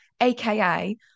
AKA